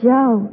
Joe